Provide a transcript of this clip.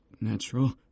Natural